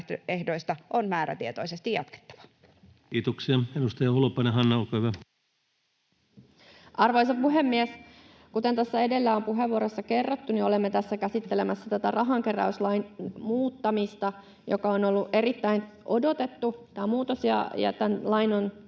on määrätietoisesti jatkettava. Kiitoksia. — Edustaja Holopainen, Hanna, olkaa hyvä. Arvoisa puhemies! Kuten tässä edellä on puheenvuoroissa kerrottu, olemme tässä käsittelemässä rahankeräyslain muuttamista. Tämä muutos on ollut erittäin odotettu, ja tämän